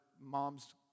mom's